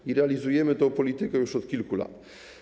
I realizujemy tę politykę już od kilku lat.